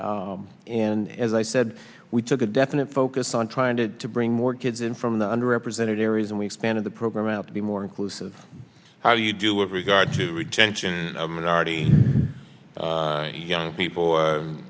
in as i said we took a definite focus on trying to bring more kids in from the under represented areas and we expanded the program out to be more inclusive how do you do with regard to retention of minority young people